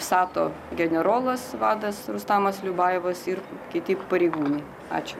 vsato generolas vadas rustamas liubajevas ir kiti pareigūnai ačiū